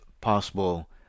possible